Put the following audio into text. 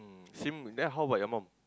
same then how about your mom